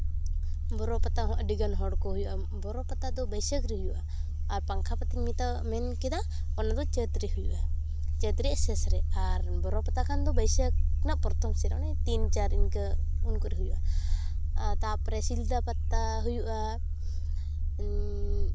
ᱵᱚᱨᱚ ᱯᱟᱛᱟᱦᱚᱸ ᱟᱹᱰᱤᱜᱟᱱ ᱦᱚᱲᱠᱚ ᱦᱩᱭᱩᱜᱼᱟ ᱵᱚᱨᱚ ᱯᱟᱛᱟ ᱫᱚ ᱵᱟᱹᱭᱥᱟᱹᱠᱷ ᱨᱮ ᱦᱩᱭᱩᱜᱼᱟ ᱟᱨ ᱯᱟᱝᱠᱷᱟ ᱯᱟᱛᱟᱧ ᱢᱮᱱ ᱠᱮᱫᱟ ᱚᱱᱟᱫᱚ ᱪᱟᱹᱛ ᱨᱮ ᱦᱩᱭᱩᱜᱼᱟ ᱪᱟᱹᱛ ᱨᱮᱭᱟᱜ ᱥᱮᱥ ᱨᱮ ᱟᱨ ᱵᱚᱨᱚ ᱯᱟᱛᱟ ᱠᱷᱟᱱᱫᱚ ᱵᱟᱹᱭᱥᱟᱹᱠᱷ ᱨᱮᱱᱟᱜ ᱯᱨᱚᱛᱷᱚᱢ ᱥᱮᱫ ᱚᱱᱮ ᱛᱤᱱ ᱪᱟᱨ ᱤᱱᱠᱟᱹ ᱩᱱ ᱠᱚᱨᱮᱜ ᱦᱩᱭᱩᱜᱼᱟ ᱛᱟᱨᱯᱚᱨᱮ ᱥᱤᱞᱫᱟᱹ ᱯᱟᱛᱟ ᱦᱩᱭᱩᱜᱼᱟ